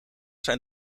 zijn